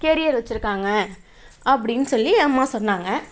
carrier வச்சுருக்காங்க அப்படின்னு சொல்லி என் அம்மா சொன்னாங்க